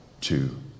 two